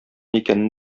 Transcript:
икәнен